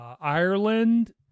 Ireland